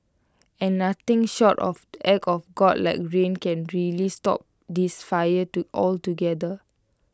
and nothing short of act of God like rain can really stop this fire to altogether